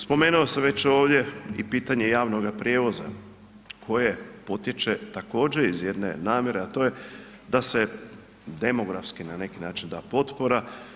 Spomenuo sam već ovdje i pitanje javnog prijevoza koje potječe također iz jedne namjere, a to je da se demografski, na neki način da potpora.